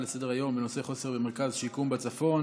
לסדר-היום בנושא: חוסר במרכז שיקום בצפון.